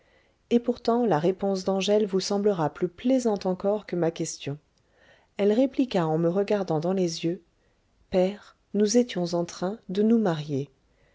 et pourtant la réponse d'angèle vous semblera plus plaisante encore que ma question elle répliqua en me regardant dans les yeux père nous étions en train de nous marier